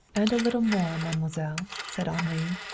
and a little more, mademoiselle, said henri.